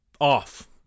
off